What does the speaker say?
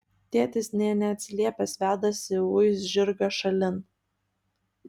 tėtis nė neatsiliepęs vedasi uis žirgą šalin